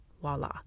voila